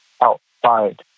outside